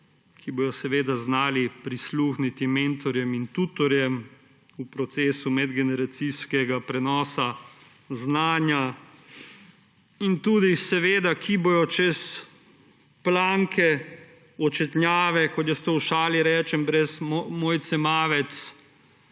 ki bodo znali prisluhniti mentorjem in tutorjem v procesu medgeneracijskega prenosa znanja in ki bodo čez planke očetnjave, kot jaz to v šali rečem, brez Mojce Mavec